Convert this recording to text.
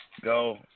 go